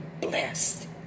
blessed